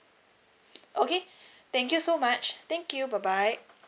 okay thank you so much thank you bye bye